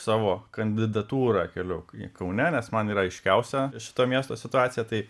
savo kandidatūrą keliu kai kaune nes man yra aiškiausia šito miesto situacija tai